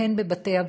והן בבתי-אבות,